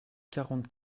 quarante